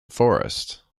forest